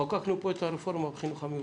חוקקנו פה את הרפורמה בחינוך המיוחד.